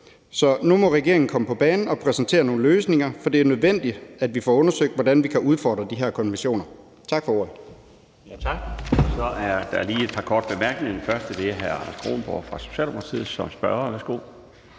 Så nu må regeringen komme på banen og præsentere nogle løsninger, for det er nødvendigt, at vi får undersøgt, hvordan vi kan udfordre de her konventioner. Tak for ordet.